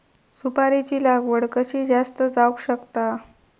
सुपारीची लागवड कशी जास्त जावक शकता?